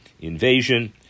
invasion